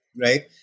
Right